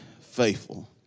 faithful